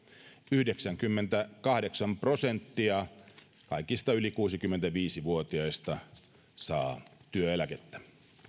yhdeksänkymmentäkahdeksan prosenttia kaikista yli kuusikymmentäviisi vuotiaista saa työeläkettä